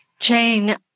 Jane